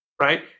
right